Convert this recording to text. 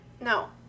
No